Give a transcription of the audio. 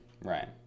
Right